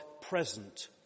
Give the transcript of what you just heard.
present